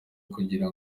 kugira